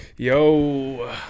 Yo